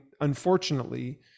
unfortunately